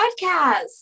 podcast